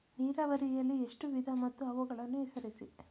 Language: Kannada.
ನೀರಾವರಿಯಲ್ಲಿ ಎಷ್ಟು ವಿಧ ಮತ್ತು ಅವುಗಳನ್ನು ಹೆಸರಿಸಿ?